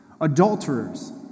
Adulterers